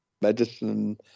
medicine